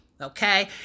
Okay